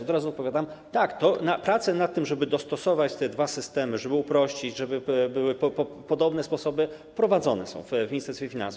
Od razu odpowiadam: tak, prace nad tym, żeby dostosować te dwa systemy, żeby to uprościć, żeby były podobne sposoby, są prowadzone w Ministerstwie Finansów.